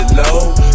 low